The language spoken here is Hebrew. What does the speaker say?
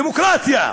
דמוקרטיה.